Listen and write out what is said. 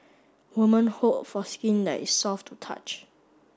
woman hope for skin that is soft to touch